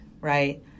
Right